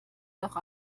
doch